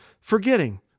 forgetting